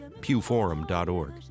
pewforum.org